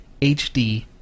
hd